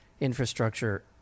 infrastructure